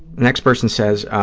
next person says,